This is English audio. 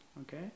Okay